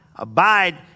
Abide